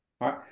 right